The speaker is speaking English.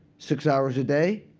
six hours a day,